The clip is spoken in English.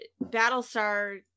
battlestar